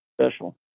special